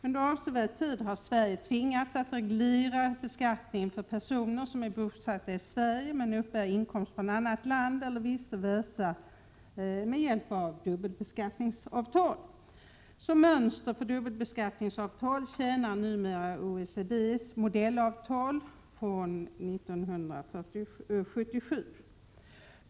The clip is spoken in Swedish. Under avsevärd tid har Sverige med hjälp av dubbelbeskattningsavtal tvingats att reglera beskattningen för personer som är bosatta i Sverige men uppbär inkomst från annat land eller vice versa. Som mönster för dubbelbeskattningsavtal tjänar numera OECD:s modellavtal från 1977.